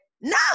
no